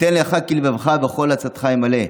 יתן לך כלבבך וכל עצתך ימלא.